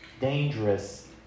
dangerous